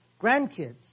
grandkids